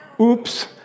Oops